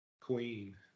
Queen